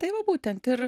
tai va būtent ir